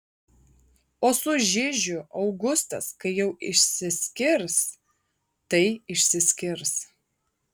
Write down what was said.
o su žižiu augustas kai jau išsiskirs tai išsiskirs